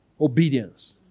Obedience